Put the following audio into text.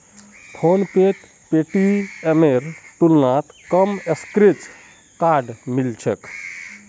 फोनपेत पेटीएमेर तुलनात कम स्क्रैच कार्ड मिल छेक